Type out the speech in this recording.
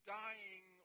dying